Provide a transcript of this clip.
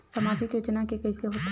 सामाजिक योजना के कइसे होथे?